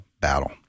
battle